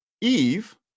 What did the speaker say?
Eve